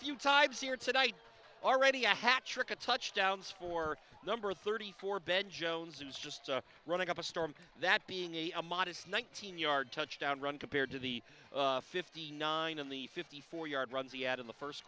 few times here tonight already a hat trick of touchdowns for number thirty four bed jones was just running up a storm that being a modest nineteen yard touchdown run compared to the fifty nine in the fifty four yard runs he had in the first